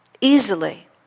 easily